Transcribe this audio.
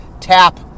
tap